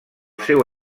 seu